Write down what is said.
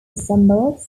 resembles